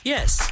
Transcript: Yes